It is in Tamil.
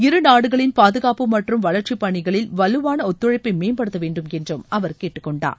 இருநாடுகளின் பாதுகாப்பு மற்றும் வளர்ச்சி பணிகளில் வலுவான ஒத்துழைப்பை மேம்படுத்த வேண்டுமென்று அவர் கேட்டுக்கொண்டார்